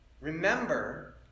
Remember